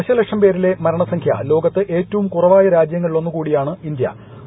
ദശലക്ഷം പേരിലെ മരണസംഖ്യ ലോകത്ത് ഏറ്റവും കുറവായ രാജ്യങ്ങളിലൊന്നാണ് ഇന്തൃ